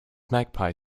magpie